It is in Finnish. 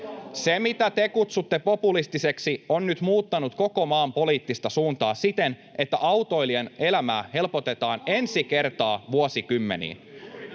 Se, mitä te kutsutte populistiseksi, on nyt muuttanut koko maan poliittista suuntaa siten, että autoilijan elämää helpotetaan ensi kertaa vuosikymmeniin.